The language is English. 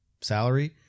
salary—